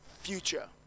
future